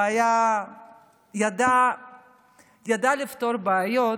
הוא ידע לפתור בעיות.